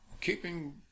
keeping